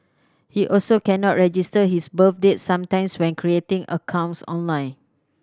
he also cannot register his birth date sometimes when creating accounts online